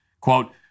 Quote